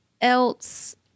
else